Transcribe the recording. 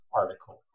article